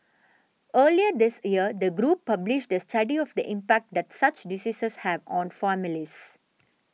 earlier this year the group published a study of the impact that such diseases have on families